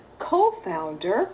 co-founder